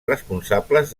responsables